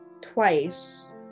twice